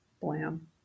Blam